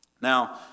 Now